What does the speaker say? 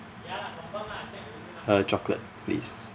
uh chocolate please